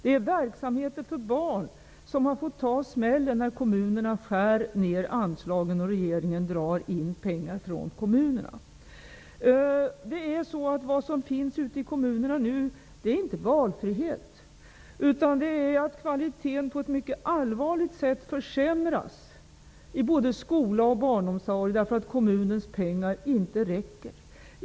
Det är verksamheter för barn som har fått ta smällen när kommunerna skär ner anslagen och regeringen drar in pengar från kommunerna. Vad som finns ute i kommunerna nu är inte valfrihet. Kvaliteten försämras på ett mycket allvarligt sätt i både skola och barnomsorg, därför att kommunens pengar inte räcker.